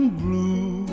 blue